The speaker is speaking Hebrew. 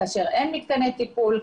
כאשר אין מתקני טיפול,